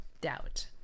doubt